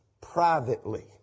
privately